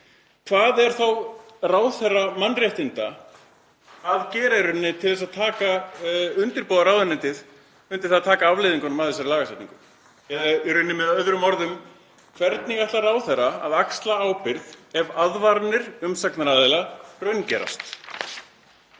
hvað er þá ráðherra mannréttinda að gera til þess að búa ráðuneytið undir það að taka afleiðingunum af þessari lagasetningu? Eða í rauninni, með öðrum orðum: Hvernig ætlar ráðherra að axla ábyrgð ef aðvaranir umsagnaraðila raungerast?